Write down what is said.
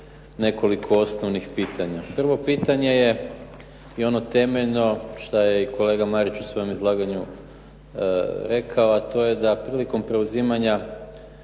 nekoliko osnovnih pitanja. Prvo pitanje je i ono temeljno šta je i kolega Marić u svojem izlaganju rekao, a to je da prilikom preuzimanja